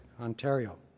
Ontario